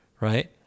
right